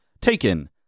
taken